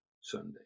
Sunday